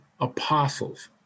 apostles